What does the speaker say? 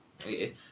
Okay